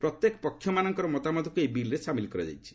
ପ୍ରତ୍ୟେକ ପକ୍ଷମାନଙ୍କର ମତାମତକୁ ଏହି ବିଲ୍ରେ ସାମିଲ୍ କରାଯାଇଛି